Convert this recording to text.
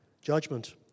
judgment